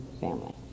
family